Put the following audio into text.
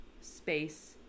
space